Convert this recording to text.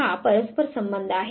तर हा परस्परसंबंध आहे